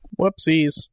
Whoopsies